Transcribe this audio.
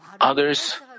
others